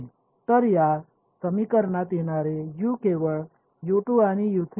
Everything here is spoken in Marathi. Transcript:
तर या समीकरणात येणारे यू केवळ आणि असतील